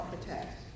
protect